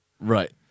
Right